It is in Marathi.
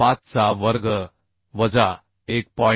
35 चा वर्ग वजा 1